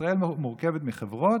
ישראל מורכבת מחברות,